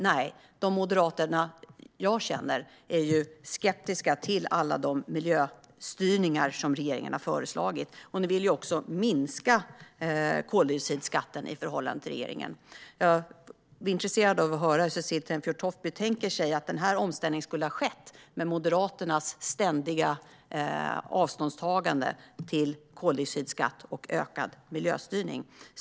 Nej, de moderater jag känner är skeptiska till alla miljöstyrningar som regeringen har föreslagit. Ni vill också minska koldioxidskatten i förhållande till regeringen. Jag är intresserad av att höra hur Cecilie Tenfjord-Toftby tänker sig att omställningen skulle ha skett med Moderaternas ständiga avståndstagande från koldioxidskatt och ökad miljöstyrning.